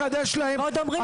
ועוד כשאומרים שזה בסדר?